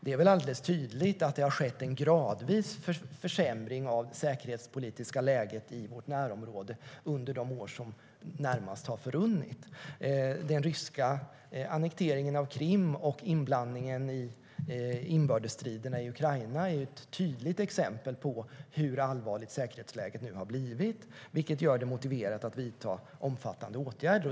Det är väl alldeles tydligt att det har skett en gradvis försämring av det säkerhetspolitiska läget i vårt närområde under de år som närmast har förrunnit. Den ryska annekteringen av Krim och inblandningen i inbördesstriderna i Ukraina är ett tydligt exempel på hur allvarligt säkerhetsläget nu har blivit, vilket gör det motiverat att vidta omfattande åtgärder.